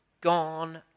gone